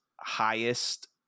highest